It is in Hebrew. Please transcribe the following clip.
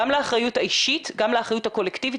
גם לאחריות האישית גם לאחריות הקולקטיבית